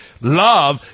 love